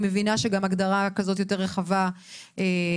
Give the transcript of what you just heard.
אני מבינה שגם הגדרה כזאת יותר רחבה עשויה,